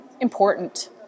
important